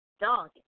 dog